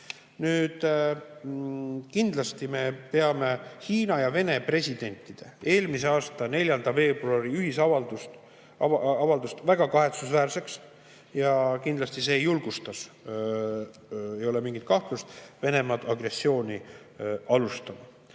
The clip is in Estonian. Kindlasti me peame Hiina ja Venemaa presidendi eelmise aasta 4. veebruari ühisavaldust väga kahetsusväärseks. Kindlasti see julgustas, ei ole mingit kahtlust, Venemaad agressiooni alustama.